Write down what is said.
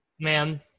Man